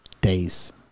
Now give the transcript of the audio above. Days